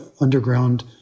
underground